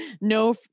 no